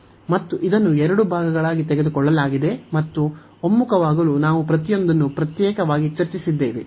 ಮತ್ತು ಇದನ್ನು ಎರಡು ಭಾಗಗಳಾಗಿ ತೆಗೆದುಕೊಳ್ಳಲಾಗಿದೆ ಮತ್ತು ಒಮ್ಮುಖವಾಗಲು ನಾವು ಪ್ರತಿಯೊಂದನ್ನು ಪ್ರತ್ಯೇಕವಾಗಿ ಚರ್ಚಿಸಿದ್ದೇವೆ